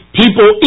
people